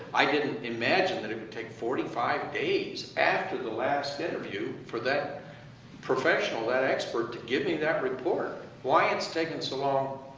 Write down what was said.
i didn't imagine that it would take forty five days after the last interview for that professional, that expert, to give me that report. why it's taking so long